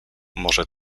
może